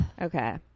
okay